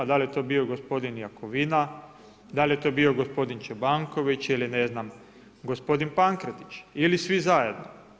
Da li je to bio gospodin Jakovina, da li je to bio gospodin Čobanković ili ne znam gospodin Pankretić ili svi zajedno?